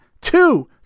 two